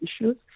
issues